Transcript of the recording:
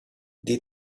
die